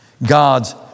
God's